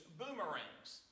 boomerangs